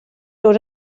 dod